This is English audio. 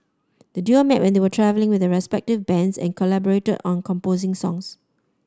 the duo met when they were travelling with their respective bands and collaborated on composing songs